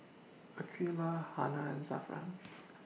Aqeelah Hana and Zafran